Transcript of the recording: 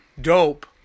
dope